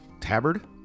tabard